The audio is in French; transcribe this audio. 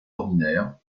ordinaire